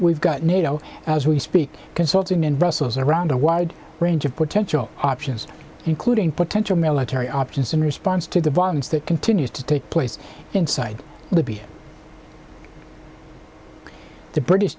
we've got nato as we speak consulting in brussels around a wide range of potential options including potential military options in response to the violence that continues to take place inside libya the british